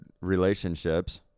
relationships